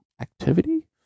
activity